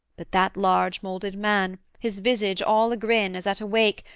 but that large-moulded man, his visage all agrin as at a wake,